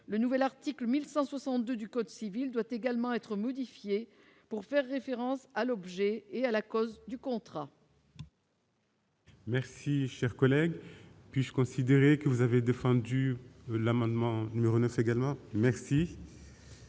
le nouvel article 1162 du code civil doit également être modifié pour faire référence à l'objet et à la cause du contrat.